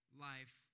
life